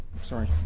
sorry